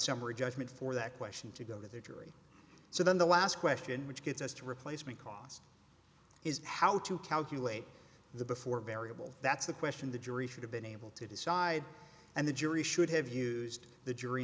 summary judgment for that question to go to the jury so then the last question which gets us to replacement cost is how to calculate the before variable that's the question the jury should have been able to decide and the jury should have used the jury